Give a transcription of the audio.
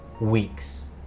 weeks